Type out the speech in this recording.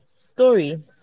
Story